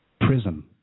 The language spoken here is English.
PRISM